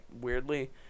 weirdly